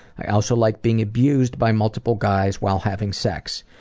i also like being abused by multiple guys while having sex.